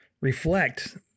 Reflect